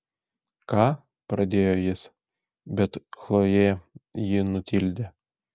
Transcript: ką pradėjo jis bet chlojė jį nutildė